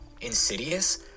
insidious